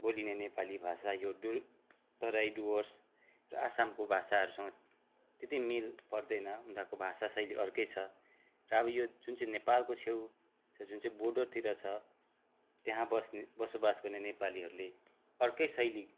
बोलिने नेपाली भाषा यो डु तराई डुवर्स आसामको भाषाहरूसँग त्यति मिल् पर्दैन उनीहरूको भाषा शैली अर्कै छ र अब यो जुन चाहिँ नेपालको छेउ जुन चाहिँ बोर्डरतिर छ त्यहाँ बसोबास गर्ने नेपालीहरूले अर्कै शैली